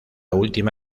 última